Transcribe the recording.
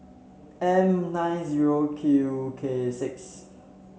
M nine zero Q K six